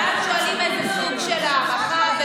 ואז שואלים איזה סוג של הערכה.